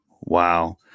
Wow